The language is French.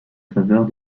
faveur